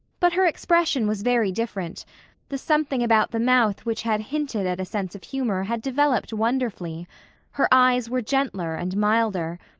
but her expression was very different the something about the mouth which had hinted at a sense of humor had developed wonderfully her eyes were gentler and milder,